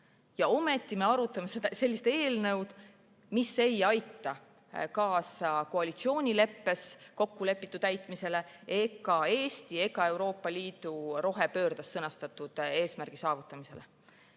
Ja ometi me arutame eelnõu, mis ei aita kaasa koalitsioonileppes kokkulepitu täitmisele ega ei Eesti ega Euroopa Liidu rohepöördes sõnastatud eesmärkide saavutamisele.